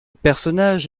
personnage